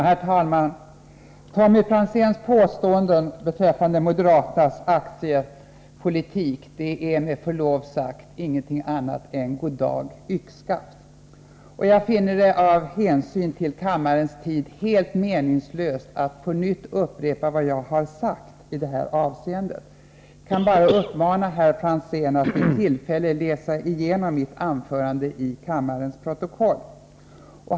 Herr talman! Tommy Franzéns påståenden beträffande moderaternas aktiepolitik är med förlov sagt ingenting annat än goddag-yxskaft. Jag finner det av hänsyn till kammarens tid helt meningslöst att på nytt upprepa vad jag har sagt i det här avseendet. Jag kan bara uppmana herr Franzén att vid tillfälle läsa igenom mitt anförande i kammarens protokoll.